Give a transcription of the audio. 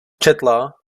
četla